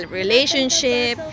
relationship